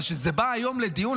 אבל זה בא היום לדיון,